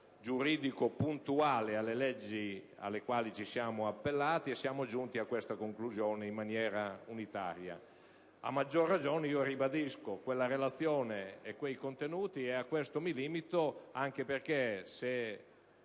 giuridico puntuale alle leggi alle quali ci siamo appellati e siamo giunti a questa conclusione in maniera unanime. A maggior ragione, ribadisco quella relazione e quei contenuti. Mi limito a questo, anche perché, se